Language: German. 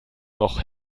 noch